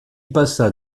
passa